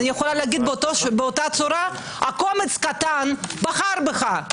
אני יכולה לומר באותה צורה: קומץ קטן בחר בך.